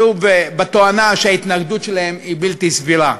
בתואנה שההתנגדות שלהם היא בלתי סבירה.